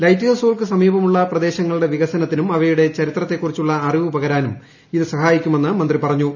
light ഹൌസുകൾക്ക് സമീപമുള്ള പ്രദേശങ്ങളുടെ വികസനത്തിനും അവയുടെ ചരിത്രത്തെക്കുറിച്ചുള്ള അറിവ് പകരാനും ഇത് സഹായിക്കുമെന്ന് മന്ത്രി പറഞ്ഞു